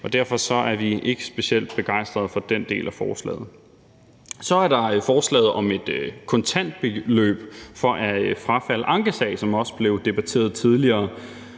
derfor er vi ikke specielt begejstret for den del af forslaget. Så er der forslaget om et kontantbeløb for at frafalde en ankesag, som også er blevet debatteret tidligere.